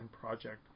project